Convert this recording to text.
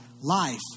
life